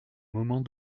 moment